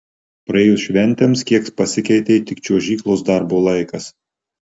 praėjus šventėms kiek pasikeitė tik čiuožyklos darbo laikas